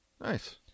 Nice